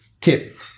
tip